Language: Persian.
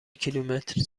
کیلومتر